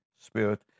Spirit